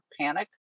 panic